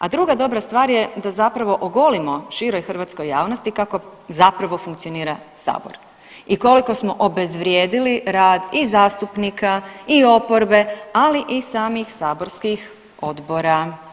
A druga dobra stvar je da zapravo ogolimo široj hrvatskoj javnosti kako zapravo funkcionira sabor i koliko smo obezvrijedili rad i zastupnika i oporbe, ali i samih saborskih odbora.